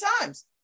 times